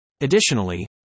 Additionally